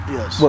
Yes